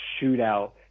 shootout